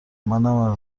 منم